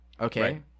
Okay